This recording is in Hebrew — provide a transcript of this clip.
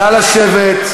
נא לשבת.